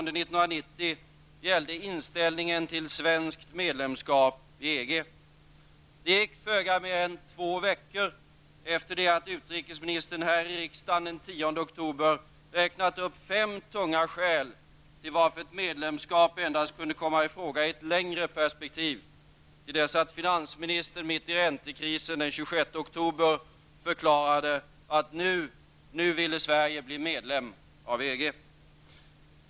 Det gick föga mer än två veckor efter det att utrikesministern här i riksdagen den 10 oktober räknat upp fem tunga skäl till att ett medlemskap endast kunde komma i fråga i ett längre perspektiv, till dess att finansministern mitt i räntekrisen den 26 oktober förklarade att nu ville Sverige bli medlem av EG.